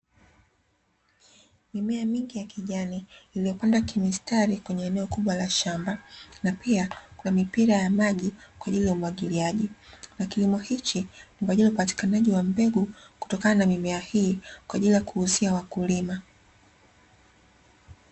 Mimea mingi ya kijani iliyo pandwa kimstari kwenye eneo kubwa la shamba na pia kunamipira ya maji kwaajili ya umwagiliaji, na kilimo hichi ni kwaajili ya upatikanaji wa mbegu kutokana na mimea hii kwaajili ya kuuzia wakulima.